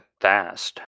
fast